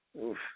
Oof